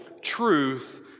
truth